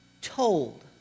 told